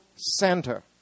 center